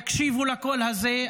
יקשיבו לקול הזה,